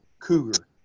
cougar